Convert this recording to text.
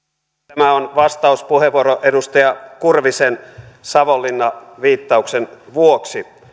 tämä on vastauspuheenvuoro edustaja kurvisen savonlinna viittauksen vuoksi